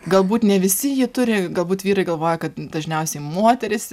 galbūt ne visi jį turi galbūt vyrai galvoja kad dažniausiai moterys